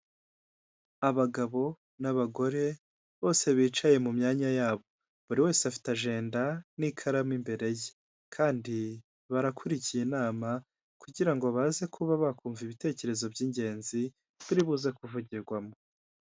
Umunara muremure cyane w'itumanaho uri mu mabara y'umutuku ndetse n'umweru bigaragara ko ari uwa eyateri hahagaze abatekinisiye bane bigaragara yuko bari gusobanurira aba bantu uko uyu munara ukoreshwa aha bantu bari gusobanurira bambaye amajire y'umutuku.